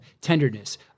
tenderness